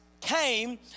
came